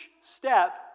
step